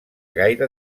gaire